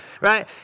right